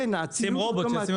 אין ה- -- שישים מדבקה,